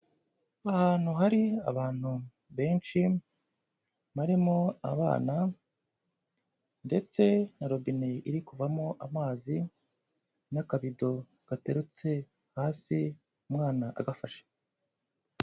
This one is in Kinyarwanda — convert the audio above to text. Ahantu hari abantu benshi barimo abana, ndetse na robine iri kuvamo amazi n'akabido gaterutse hasi umwana agafashe.